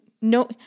No